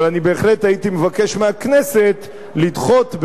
אבל בהחלט הייתי מבקש מהכנסת לדחות,